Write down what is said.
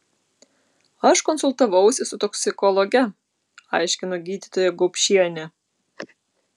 aš konsultavausi su toksikologe aiškino gydytoja gaupšienė